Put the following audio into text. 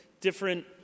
different